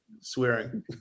swearing